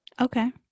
Okay